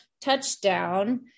touchdown